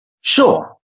Sure